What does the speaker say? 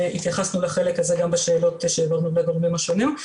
התייחסנו לחלק הזה גם בשאלות שהעברנו לגורמים השונים.